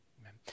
Amen